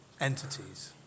entities